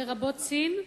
לרבות סין.